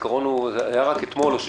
הזיכרון הוא זה היה רק אתמול או שלשום.